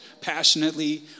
passionately